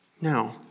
Now